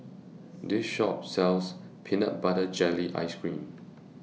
This Shop sells Peanut Butter Jelly Ice Cream